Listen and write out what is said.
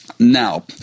Now